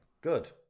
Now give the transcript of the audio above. good